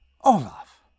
Olaf